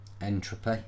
Entropy